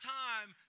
time